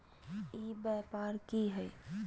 ई व्यापार की हाय?